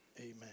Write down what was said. Amen